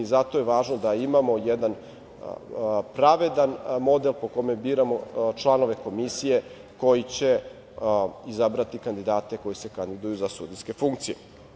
Zato je važno da imamo jedan pravedan model po kome biramo članove komisije koji će izabrati kandidate koji se kandiduju za sudijske funkcije.